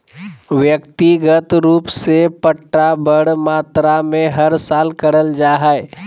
व्यक्तिगत रूप से पट्टा बड़ मात्रा मे हर साल करल जा हय